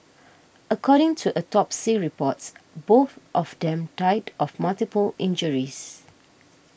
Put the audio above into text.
according to autopsy reports both of them died of multiple injuries